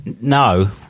No